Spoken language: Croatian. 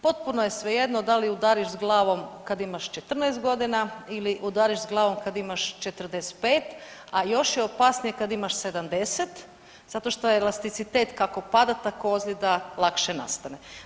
Potpuno je svejedno da li udariš s glavom kad imaš 14 godina ili udariš s glavom kad imaš 45, a još je opasnije kad imaš 70 zato što elasticitet kako pada tako ozljeda lakše nastane.